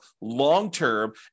long-term